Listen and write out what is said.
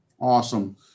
Awesome